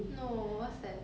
no what's that